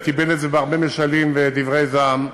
ותיבל את זה בהרבה משלים ודברי זעם,